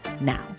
now